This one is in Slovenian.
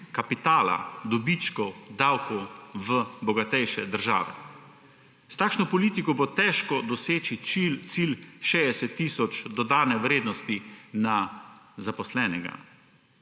kapitala, dobičkov, davkov v bogatejše države. S takšno politiko bo težko doseči cilj 60 tisoč dodane vrednosti na zaposlenega,